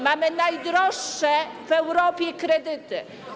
Mamy najdroższe w Europie kredyty.